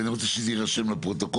ואני רוצה שזה יירשם בפרוטוקול,